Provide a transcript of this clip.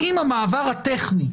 האם המעבר הטכני,